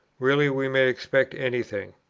really we may expect any thing.